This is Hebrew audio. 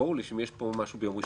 ביום ראשון,